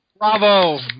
Bravo